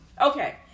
Okay